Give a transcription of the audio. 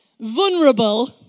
vulnerable